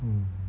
mm